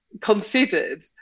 considered